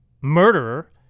murderer